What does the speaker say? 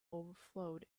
overflowed